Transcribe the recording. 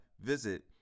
visit